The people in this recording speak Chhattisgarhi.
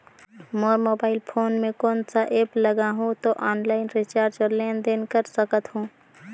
मोर मोबाइल फोन मे कोन सा एप्प लगा हूं तो ऑनलाइन रिचार्ज और लेन देन कर सकत हू?